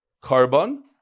carbon